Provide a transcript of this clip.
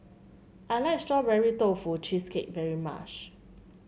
I like Strawberry Tofu Cheesecake very much